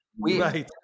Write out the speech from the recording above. right